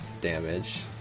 damage